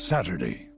Saturday